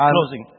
Closing